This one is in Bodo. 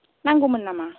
नांगौमोन नामा